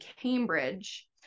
Cambridge